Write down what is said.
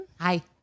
Hi